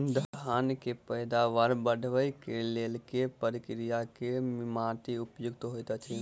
धान केँ पैदावार बढ़बई केँ लेल केँ प्रकार केँ माटि उपयुक्त होइत अछि?